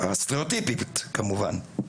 הסטריאוטיפית כמובן.